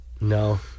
No